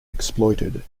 exploited